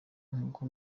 nk’uko